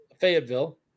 fayetteville